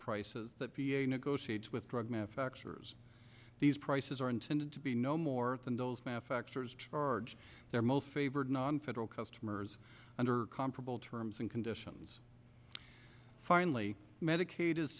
prices that v a negotiates with drug manufacturers these prices are intended to be no more than those math factors charge their most favored nonfederal customers under comparable terms and conditions finally medicaid is